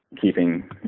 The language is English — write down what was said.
keeping